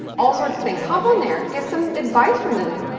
all sorts of things. hop on there, get some advice from them,